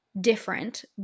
different